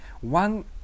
one